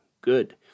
good